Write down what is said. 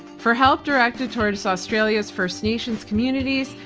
for help directed towards australia's first nations communities,